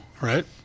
right